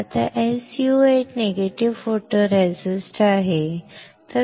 आता SU 8 negative photoresist आहे